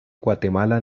guatemala